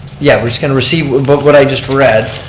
yeah, we're just going to receive what but what i just read.